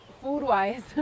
food-wise